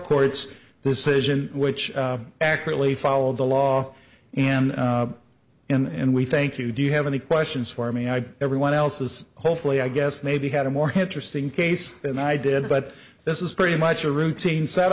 court's decision which actually followed the law and and we thank you do you have any questions for me i everyone else has hopefully i guess maybe had a more interesting case than i did but this is pretty much a routine set